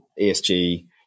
ESG